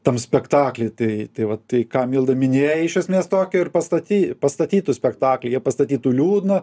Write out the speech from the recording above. tam spektakly tai tai va tai ką milda minėjai iš esmės tokio ir pastaty pastatytų spektaklį pastatytų liūdną